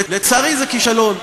לצערי, זה כישלון.